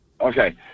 Okay